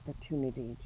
opportunity